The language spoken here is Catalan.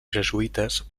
jesuïtes